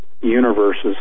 universes